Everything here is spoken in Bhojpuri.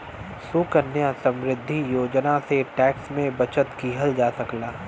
सुकन्या समृद्धि योजना से टैक्स में बचत किहल जा सकला